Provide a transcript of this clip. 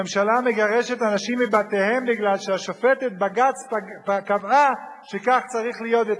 הממשלה מגרשת אנשים מבתיהם כי שופטת בג"ץ קבעה שכך צריך להיות,